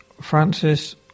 Francis